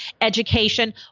education